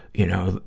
you know,